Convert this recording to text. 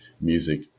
music